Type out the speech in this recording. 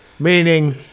Meaning